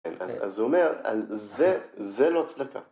‫אז זה אומר, זה לא צדקה.